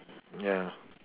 ya